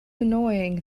annoying